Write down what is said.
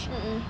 mmhmm